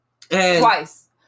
Twice